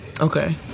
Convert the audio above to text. Okay